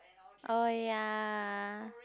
oh ya